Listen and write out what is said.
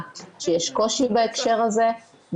שיש קושי בהקשר הזה -- אבל גם החברה עצמה נמצאת במשבר.